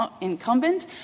incumbent